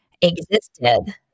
existed